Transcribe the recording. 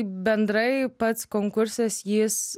bendrai pats konkursas jis